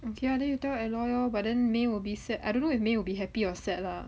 okay lah then lah then you tell aloy lor but then may will be sad I don't know if may will be happy or sad lah